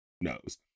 knows